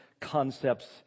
concepts